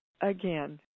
again